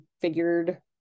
figured